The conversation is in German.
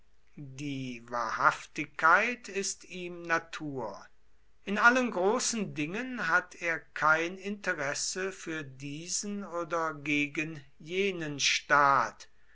die wahrhaftigkeit ist ihm natur in allen großen dingen hat er kein interesse für diesen oder gegen jenen staat